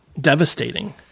devastating